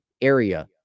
area